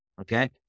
okay